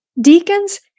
deacons